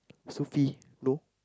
Sophie no